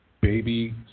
baby